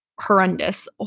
horrendous